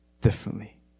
differently